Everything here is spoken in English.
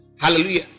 hallelujah